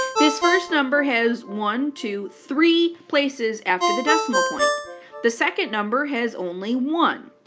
this first number has one, two, three places after the decimal point the second number has only one.